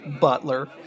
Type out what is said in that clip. Butler